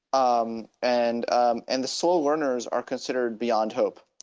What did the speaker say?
um and um and the slow learners are considered beyond hope.